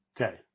Okay